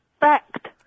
Fact